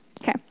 Okay